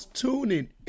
tuning